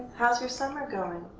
how's your summer going?